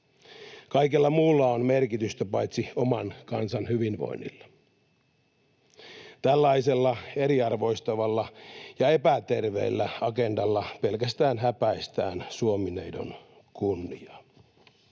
Kaikella muulla on merkitystä paitsi oman kansan hyvinvoinnilla. Tällaisella eriarvoistavalla ja epäterveellä agendalla pelkästään häpäistään Suomi-neidon kunniaa.